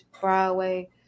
Broadway